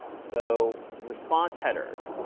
so, response headers,